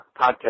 podcast